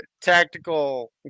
tactical